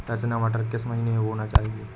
रचना मटर किस महीना में बोना चाहिए?